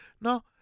no